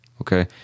okay